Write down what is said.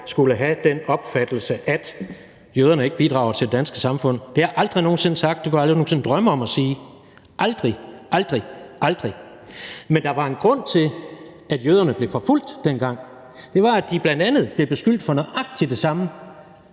skulle have den opfattelse, at jøderne ikke bidrager til det danske samfund. Det har jeg aldrig nogen sinde sagt, og det kunne jeg aldrig nogen sinde drømme om at sige – aldrig! Men der var en grund til, at jøderne blev forfulgt dengang, og det var, at de bl.a. blev beskyldt for nøjagtig det samme